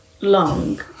long